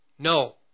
No